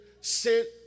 sent